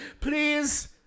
Please